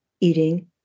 eating